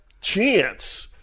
chance